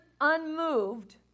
unmoved